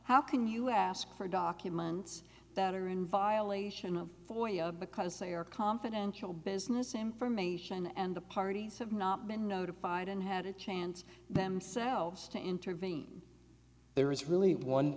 how can you ask for documents that are in violation of for you because they are confidential business information and the parties have not been notified and had a chance themselves to intervene there is really one